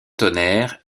tonnerre